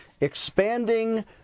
expanding